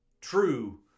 true